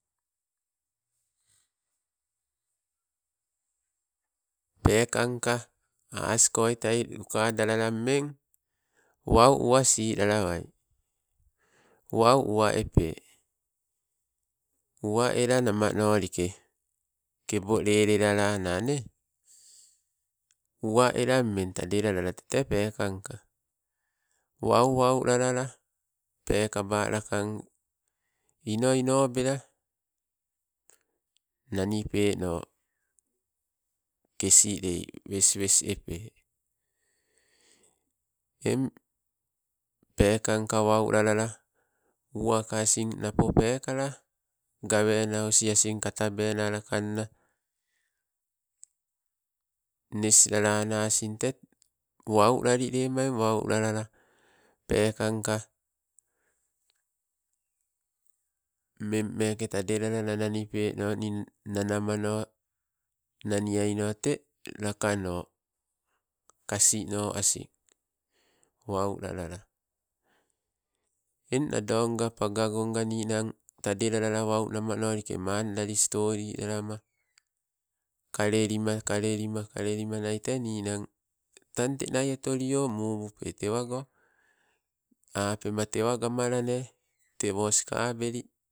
Pekanka askoita lukadalala mme wau uwa si lalawai wau uwa epe uwa ela nama nolike, kebo lelelalanane, uwa ela mme tade lalala tete pekangka. Wauwau lalala pekaba lakang, ino ino bela nanipeno kasilei weswes epe. Eng pekangka wau lalala uwaka asin napo pekala gawena osiasin katabena lakanna. Neslalana asin te wau lali lema, eng waulalala pekangka, mma meke tadelalala nanipeno, ninanamano, naniaino te lakano kasino asin, wau lalala. Eng nado nga pagogonga ninang tadelelala wau namanolike mandali stoli lalama, kalelima, kalelima, kalelima nai te ninang, tang tenia otolio mubupe tewago, apema tewa gamalane tewo skabeli.